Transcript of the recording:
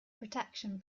protection